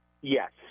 Yes